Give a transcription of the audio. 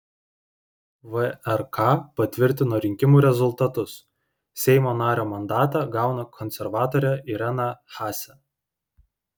vrk patvirtino rinkimų rezultatus seimo nario mandatą gauna konservatorė irena haase